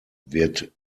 wird